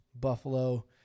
Buffalo